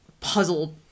puzzle